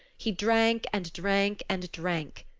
he drank and drank and drank.